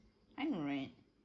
I know right